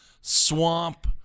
swamp